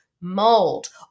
mold